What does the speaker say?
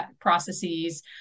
processes